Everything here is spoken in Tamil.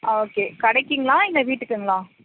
ஆ ஓகே கடைக்குங்களா இல்லை வீட்டுக்குங்களா